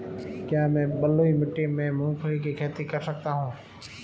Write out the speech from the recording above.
क्या मैं बलुई मिट्टी में मूंगफली की खेती कर सकता हूँ?